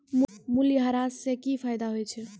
मूल्यह्रास से कि फायदा होय छै?